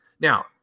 Now